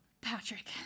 Patrick